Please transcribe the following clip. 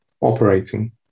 operating